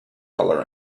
color